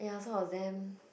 ya so I was damn